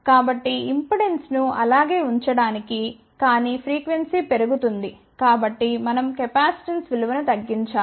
కాబట్టి ఇంపెడెన్స్ను అలాగే ఉంచడానికి కానీ ఫ్రీక్వెన్సీ పెరుగుతుంది కాబట్టి మనం కెపాసిటెన్స్ విలువను తగ్గించాలి